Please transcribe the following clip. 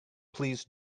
please